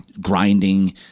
grinding